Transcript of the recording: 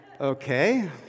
okay